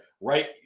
right